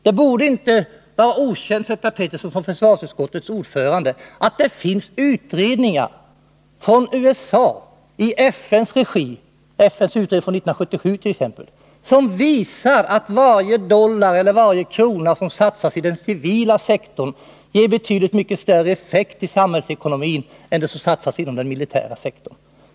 Det borde inte vara okänt för Per Petersson som försvarsutskottets ordförande att det finns utredningar från USA, i FN:s regi — läs t.ex. utredningen från 1977! — som visar att varje dollar eller varje krona som satsas på den civila sektorn ger betydligt större effekt på samhällsekonomin än det som satsas inom den militära sektorn.